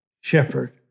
shepherd